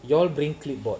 you all bring clipboard